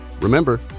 Remember